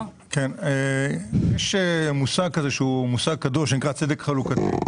יש מושג כזה שהוא מושג ידוע שנקרא צדק חלוקתי.